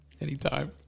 Anytime